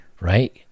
right